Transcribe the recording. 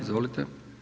Izvolite.